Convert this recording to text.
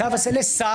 צו עשה לשר.